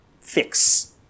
fix